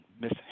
Miss